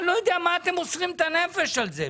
אני לא יודע מה אתם מוסרים את הנפש על זה.